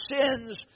sins